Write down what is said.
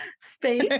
space